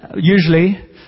usually